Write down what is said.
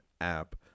app